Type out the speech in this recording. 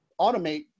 automate